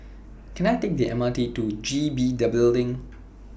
Can I Take The M R T to G B The Building